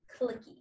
clicky